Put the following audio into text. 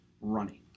running